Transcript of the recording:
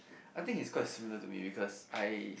I think he's quite similar to me because I